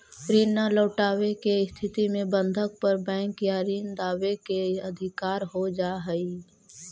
ऋण न लौटवे के स्थिति में बंधक पर बैंक या ऋण दावे के अधिकार हो जा हई